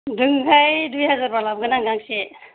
हाय दुइ हाजारबा लोबोगोन आं गांसे